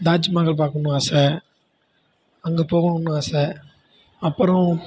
தாஜ்மஹால் பார்க்கணும்னு ஆசை அங்கே போகணும்னு ஆசை அப்புறோம்